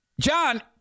John